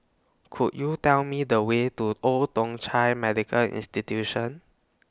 Could YOU Tell Me The Way to Old Thong Chai Medical Institution